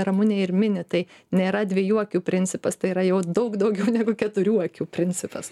ramunė ir mini tai nėra dviejų akių principas tai yra jau daug daugiau negu keturių akių principas